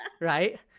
right